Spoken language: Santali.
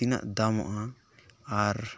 ᱛᱤᱱᱟᱹᱜ ᱫᱟᱢᱚᱜᱼᱟ ᱟᱨ